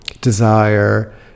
desire